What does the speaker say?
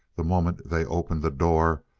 the moment they opened the door,